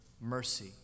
mercy